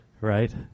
right